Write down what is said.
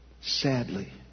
Sadly